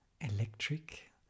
electric